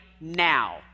now